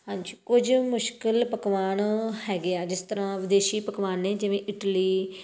ਹਾਂਜੀ ਕੁਝ ਮੁਸ਼ਕਲ ਪਕਵਾਨ ਹੈਗੇ ਆ ਜਿਸ ਤਰ੍ਹਾਂ ਵਿਦੇਸ਼ੀ ਪਕਵਾਨ ਨੇ ਜਿਵੇਂ ਇਡਲੀ